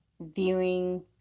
viewing